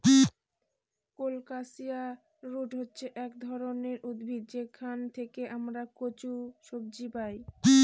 colocasia root হচ্ছে এক ধরনের উদ্ভিদ যেখান থেকে আমরা কচু সবজি পাই